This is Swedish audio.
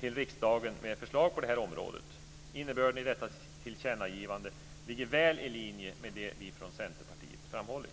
till riksdagen med förslag på det här området. Innebörden i detta tillkännagivande ligger väl i linje med det som vi från Centerpartiet har framhållit.